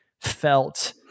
felt